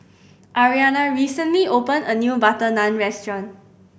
Ariana recently opened a new butter Naan Restaurant